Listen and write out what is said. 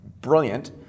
brilliant